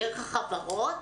דרך החברות?